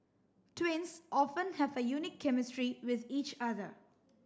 twins often have a unique chemistry with each other